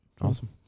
Awesome